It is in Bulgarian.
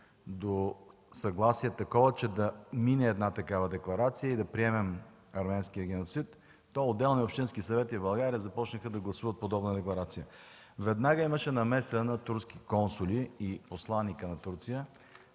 до съгласие да мине такава декларация и да приемем арменския геноцид, отделни общински съвети в България започнаха да гласуват подобни декларации. Веднага имаше намеса на турски консули и на посланика на Турция,